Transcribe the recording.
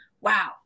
wow